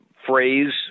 phrase